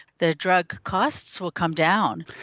the drug costs will come down.